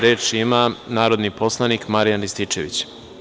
Reč ima narodni poslanik Marijan Rističević.